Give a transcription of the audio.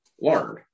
Learn